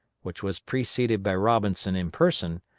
which was preceded by robinson in person,